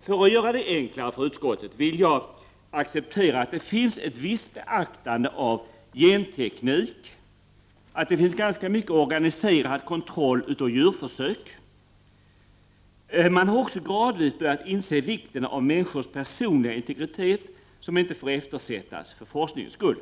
För att göra det enklare för utskottet, vill jag acceptera att det finns visst beaktande av genteknik och att det finns ganska mycket organiserad kontroll av djurförsök. Man har också gradvis börjat inse vikten av människors personliga integritet, som inte får eftersättas för forskningens skull.